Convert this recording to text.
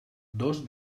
dos